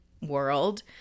world